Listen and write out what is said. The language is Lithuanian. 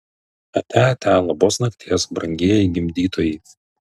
atia atia labos nakties brangieji gimdytojai